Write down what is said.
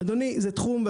אדוני, זה תחום משנה עולם.